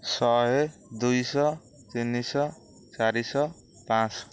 ଶହେ ଦୁଇଶହ ତିନିଶହ ଚାରିଶହ ପାଞ୍ଚଶହ